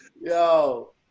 Yo